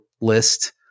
list